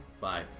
Bye